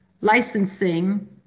licensing